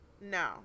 No